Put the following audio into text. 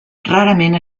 rarament